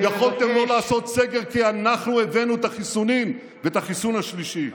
יכולתם לא לעשות סגר כי אנחנו הבאנו את החיסונים ואת החיסון השלישי.